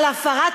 על הפרת אמונים,